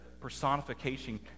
personification